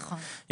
נכון.